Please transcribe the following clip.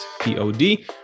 P-O-D